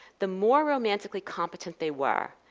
the more romantically competent they were,